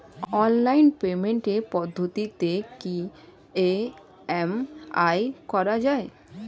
Online পেমেন্টের পদ্ধতিতে কি ই.এম.আই করা যায়?